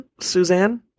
Suzanne